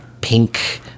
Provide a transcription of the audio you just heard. pink